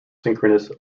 synchronous